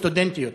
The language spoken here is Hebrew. סטודנטיות.